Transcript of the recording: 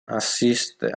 assiste